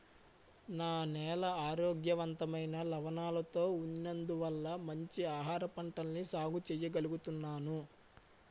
నా నేల ఆరోగ్యవంతమైన లవణాలతో ఉన్నందువల్ల మంచి ఆహారపంటల్ని సాగు చెయ్యగలుగుతున్నాను